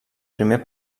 primer